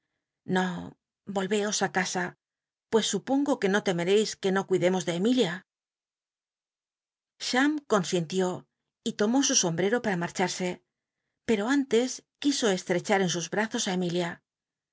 no vohcos casa pues supongo que no temercis que no cuidemos de emilia cham consintió y tomó su sombrero para marcha rse pero antes quiso estrechar en sus brazos á emilia